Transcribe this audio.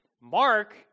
Mark